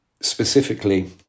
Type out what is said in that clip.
specifically